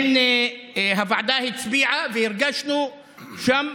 הוועדה הצביעה והרגשנו שם,